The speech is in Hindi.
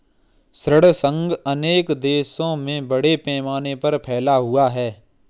ऋण संघ अनेक देशों में बड़े पैमाने पर फैला हुआ है